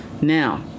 Now